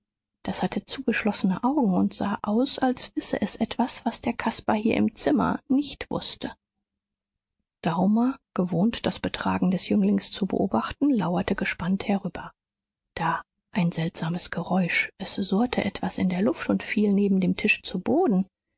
das hatte zugeschlossene augen und sah aus als wisse es etwas was der caspar hier im zimmer nicht wußte daumer gewohnt das betragen des jünglings zu beobachten lauerte gespannt herüber da ein seltsames geräusch es surrte etwas in der luft und fiel neben dem tisch zu boden